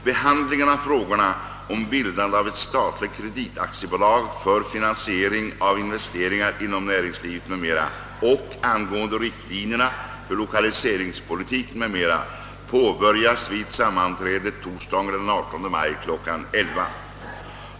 Behandlingen av frågorna om bildande av ett statligt kreditaktiebolag för finansiering av investeringar inom näringslivet m.m. och angående riktlinjerna för lokaliseringspolitiken m, m. påbörjas vid sammanträdet torsdagen den 18 maj kl. 11.00.